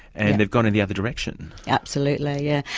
and they've gone in the other direction. absolutely, yeah.